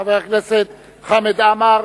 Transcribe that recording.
חבר הכנסת חמד עמאר,